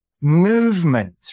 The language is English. movement